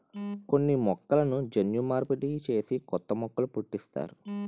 కొన్ని మొక్కలను జన్యు మార్పిడి చేసి కొత్త మొక్కలు పుట్టిస్తారు